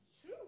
True